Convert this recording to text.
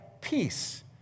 peace